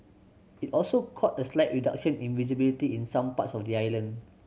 it also caught a slight reduction in visibility in some parts of the island